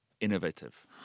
innovative